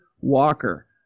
Walker